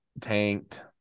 tanked